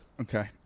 Okay